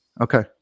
Okay